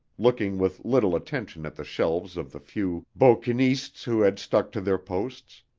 looking with little attention at the shelves of the few bouquinistes who had stuck to their posts.